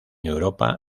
europa